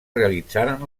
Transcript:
realitzaren